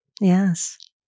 Yes